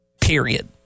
Period